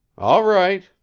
all right,